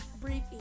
briefing